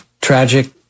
tragic